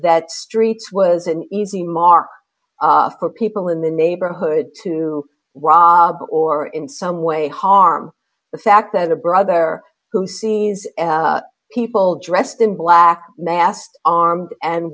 that streets was an easy mark for people in the neighborhood to rob or in some way harm the fact that a brother who sees people dressed in black masks armed and